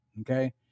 okay